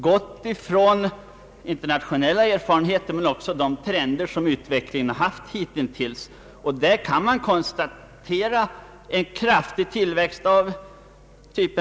Den har utgått från internationella erfarenheter och också från trenden i utvecklingen hitintills.